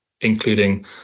including